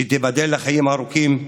שתיבדל לחיים ארוכים וטובים,